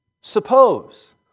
suppose